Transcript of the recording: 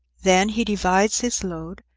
then he divides his load,